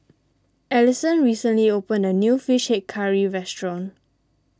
Allyson recently opened a new Fish Head Curry restaurant